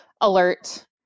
alert